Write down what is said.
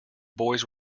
boys